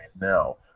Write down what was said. now